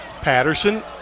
Patterson